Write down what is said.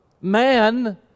Man